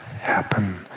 happen